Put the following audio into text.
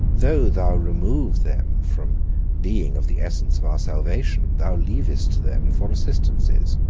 though thou remove them from being of the essence of our salvation, thou leavest them for assistances,